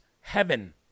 heaven